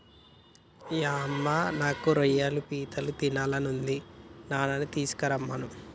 యమ్మ నాకు రొయ్యలు పీతలు తినాలని ఉంది నాన్ననీ తీసుకురమ్మను